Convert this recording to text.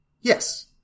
Yes